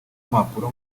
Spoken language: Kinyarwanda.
mpapuro